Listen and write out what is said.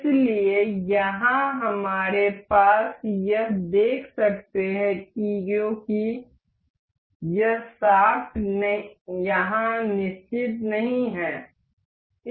इसलिए यहाँ हमारे पास यह देख सकते हैं क्योंकि यह शाफ्ट यहाँ निश्चित नहीं है